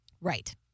Right